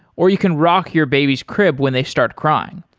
or you can rock your baby's crib when they start crying.